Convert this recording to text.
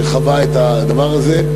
שחווה את הדבר הזה,